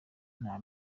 nta